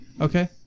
okay